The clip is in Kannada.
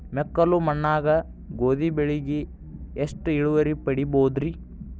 ಮೆಕ್ಕಲು ಮಣ್ಣಾಗ ಗೋಧಿ ಬೆಳಿಗೆ ಎಷ್ಟ ಇಳುವರಿ ಪಡಿಬಹುದ್ರಿ?